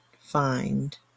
find